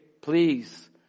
Please